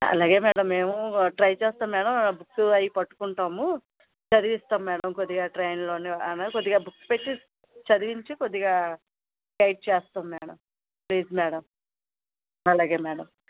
అలాగే మేడం మేము ట్రై చేస్తాం మేడం బుక్స్ అయ్యి పట్టుకుంటాము చదివిస్తాము మేడం కొద్దిగా ట్రైన్లో అలా కొద్దిగా బుక్స్ పెట్టి చదివించి కొద్దిగా గైడ్ చేస్తాం మేడం ప్లీస్ మేడం అలాగే మేడం